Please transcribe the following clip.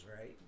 right